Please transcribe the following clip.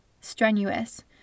Strenuous